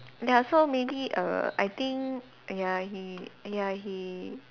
ya so maybe err I think ya he ya he